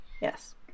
yes